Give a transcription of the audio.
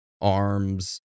arms